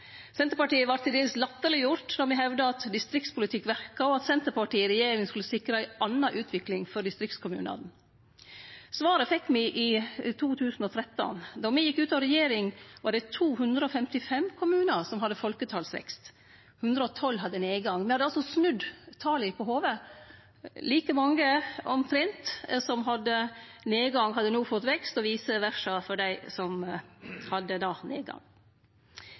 Senterpartiet vart til dels latterleggjort då me hevda at distriktspolitikk verka, og at Senterpartiet i regjering skulle sikre ei anna utvikling for distriktskommunane. Svaret fekk me i 2013. Då me gjekk ut av regjering, var det 255 kommunar som hadde folketalsvekst, 112 hadde nedgang. Me hadde altså snudd tala på hovudet. Omtrent like mange som hadde nedgang, hadde no fått vekst, og vice versa for dei som hadde nedgang.